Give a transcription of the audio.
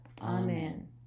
Amen